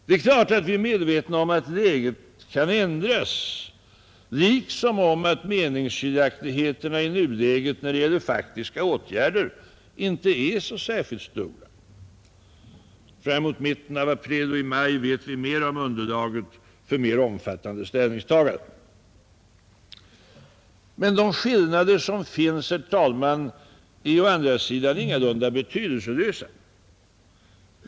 Det är klart att vi är medvetna om att läget kan ändras liksom om att meningsskiljaktigheterna i nuläget när det gäller faktiska åtgärder inte är så särskilt stora. Framemot mitten av april och maj vet vi mera om underlaget för mer omfattande ställningstaganden. Men de skillnader som finns är å andra sidan ingalunda betydelselösa.